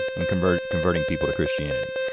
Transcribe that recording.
and converting converting people to christianity.